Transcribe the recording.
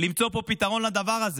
למצוא פה פתרון, לדבר הזה.